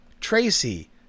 Tracy